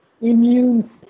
immune